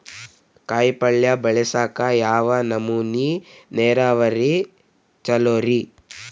ಕಾಯಿಪಲ್ಯ ಬೆಳಿಯಾಕ ಯಾವ್ ನಮೂನಿ ನೇರಾವರಿ ಛಲೋ ರಿ?